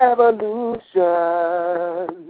Evolution